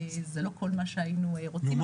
זה לא כל מה שהיינו רוצים.